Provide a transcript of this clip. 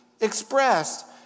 expressed